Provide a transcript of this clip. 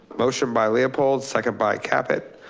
motion by leopold second by caput.